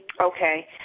Okay